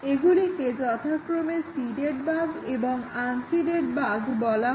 এগুলিকে যথাক্রমে seeded bug এবং আনসিডেড বাগ বলা হয়